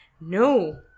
no